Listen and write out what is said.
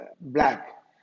Black